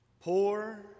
Poor